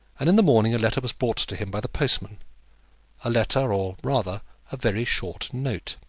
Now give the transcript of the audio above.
and in the morning a letter was brought to him by the postman a letter, or rather a very short note.